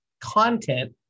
content